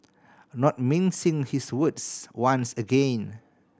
not mincing his words once again